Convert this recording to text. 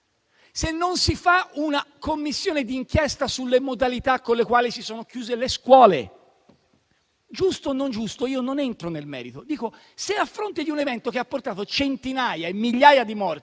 non si fa una Commissione di inchiesta, come sulle modalità con le quali si sono chiuse le scuole (giusto o non giusto, non entro nel merito); se a fronte di un evento che ha portato migliaia di